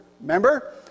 remember